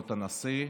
באות הנשיא,